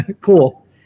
cool